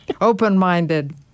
open-minded